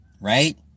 right